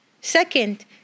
Second